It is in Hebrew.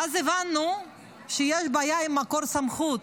ואז הבנו שיש בעיה עם מקור סמכות,